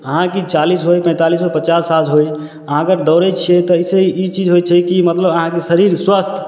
अहाँ की चालिस होइ पैंतालिस होइ पचास साल होइ अहाँ अगर दौड़ै छियै तऽ एहि सऽ ई चीज होइ छै कि मतलब अहाँके शरीर स्वस्थ